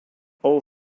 all